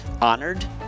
honored